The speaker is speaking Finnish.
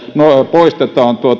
poistetaan